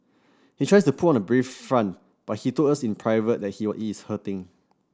he tries to put on a brave front but he told us in private that he he is hurting